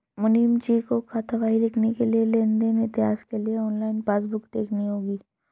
मुनीमजी को खातावाही लिखने के लिए लेन देन इतिहास के लिए ऑनलाइन पासबुक देखनी होगी